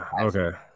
okay